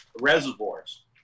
Reservoirs